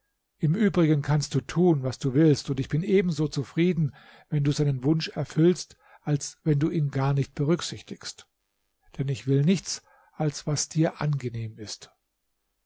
im übrigen kannst du tun was du willst und ich bin ebenso zufrieden wenn du seinen wunsch erfüllst als wenn du ihn gar nicht berücksichtigst denn ich will nichts als was dir angenehm ist